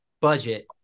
budget